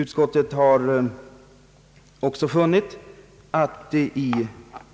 Utskottet har också funnit att